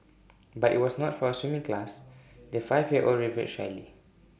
but IT was not for A swimming class the five year old revealed shyly